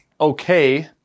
okay